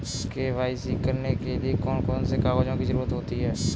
KYC करने के लिए कौन कौन से कागजों की जरूरत होती है?